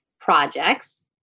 Projects